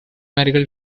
medical